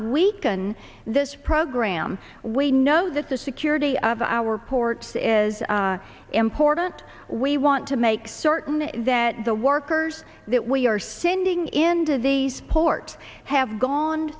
weaken this program we know that the security of our ports as important we want to make certain that the workers that we are sending into these port have gone